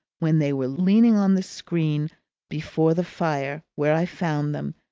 when they were leaning on the screen before the fire where i found them,